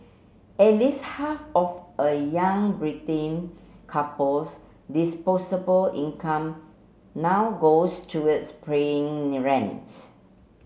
at least half of a young couple's disposable income now goes towards paying rent